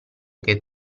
che